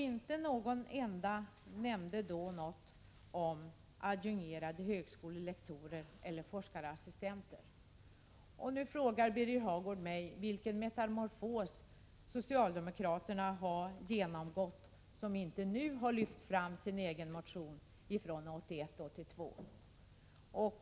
Inte någon enda nämnde något om adjungerade högskolelektorer eller forskarassistenter. Nu frågar Birger Hagård mig vilken metamorfos socialdemokraterna har genomgått som inte nu har lyft fram sin egen motion från 1981/82.